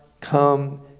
come